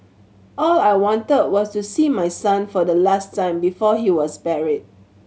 all I wanted was to see my son for the last time before he was buried